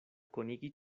konigi